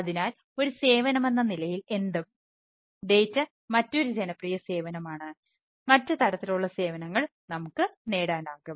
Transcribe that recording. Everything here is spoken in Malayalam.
അതിനാൽ ഒരു സേവനമെന്ന നിലയിൽ എന്തും ഡാറ്റ മറ്റൊരു ജനപ്രിയ സേവനമാണ് മറ്റ് തരത്തിലുള്ള സേവനങ്ങൾ നമുക്ക് നേടാനാകും